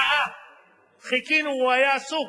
שעה חיכינו, הוא היה עסוק.